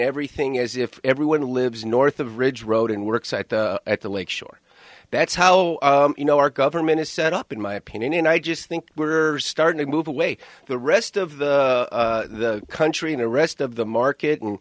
everything as if everyone lives north of ridge road and work site at the lake shore that's how you know our government is set up in my opinion and i just think we're starting to move away the rest of the country and the rest of the market and